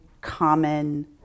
common